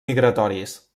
migratoris